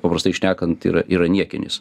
paprastai šnekant yra yra niekinis